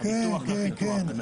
לקחו מתוך הקו הכחול שטח ואמרו,